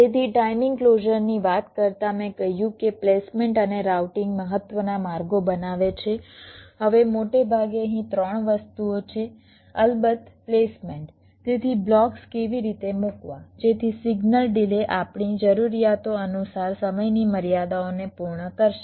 તેથી ટાઇમિંગ ક્લોઝરની વાત કરતા મેં કહ્યું કે પ્લેસમેન્ટ અને રાઉટીંગ મહત્વના માર્ગો બનાવે છે હવે મોટે ભાગે અહીં 3 વસ્તુઓ છે અલબત્ત પ્લેસમેન્ટ તેથી બ્લોક્સ કેવી રીતે મૂકવા જેથી સિગ્નલ ડિલે આપણી જરૂરિયાતો અનુસાર સમયની મર્યાદાઓને પૂર્ણ કરશે